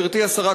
גברתי השרה,